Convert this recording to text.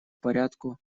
порядку